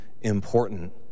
important